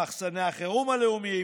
למחסני החירום הלאומיים.